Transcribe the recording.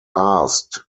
asked